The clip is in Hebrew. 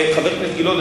חבר הכנסת גילאון,